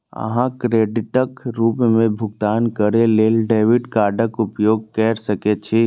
अहां क्रेडिटक रूप मे भुगतान करै लेल डेबिट कार्डक उपयोग कैर सकै छी